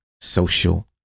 social